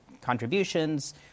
contributions